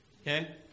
okay